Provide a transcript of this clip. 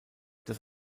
das